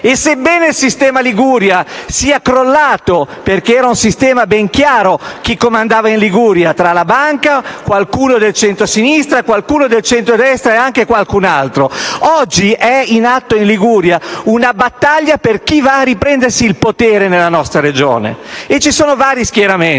posizione. Il sistema Liguria è crollato, ed è ben chiaro chi comandava in Liguria, tra la banca, qualcuno del centrosinistra, qualcuno del centrodestra, e qualcun altro ancora. Oggi è in atto in Liguria una battaglia per chi va a riprendersi il potere nella nostra Regione. Ci sono vari schieramenti